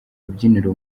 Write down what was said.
rubyiniro